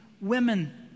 women